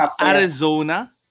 Arizona